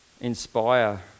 inspire